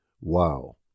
WOW